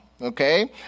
Okay